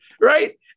Right